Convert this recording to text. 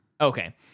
Okay